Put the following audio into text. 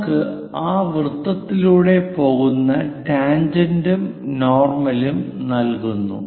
നമുക്ക് ആ വൃത്തത്തിലൂടെ പോകുന്ന ടാൻജെന്റും നോർമലും നൽകുന്നു